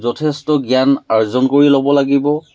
যথেষ্ট জ্ঞান আৰ্জন কৰি ল'ব লাগিব